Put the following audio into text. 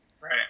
Right